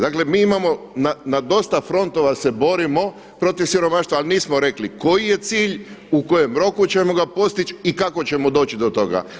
Dakle, mi imamo, na dosta frontova se borimo protiv siromaštva ali nismo rekli koji je cilj, u kojem roku ćemo ga postići i kako ćemo doći do toga.